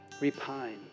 repine